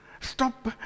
Stop